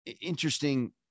interesting